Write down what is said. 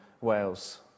Wales